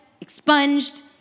expunged